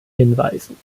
hinweisen